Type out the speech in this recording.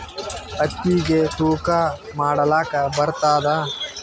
ಹತ್ತಿಗಿ ತೂಕಾ ಮಾಡಲಾಕ ಬರತ್ತಾದಾ?